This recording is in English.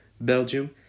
Belgium